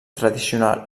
tradicional